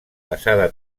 basada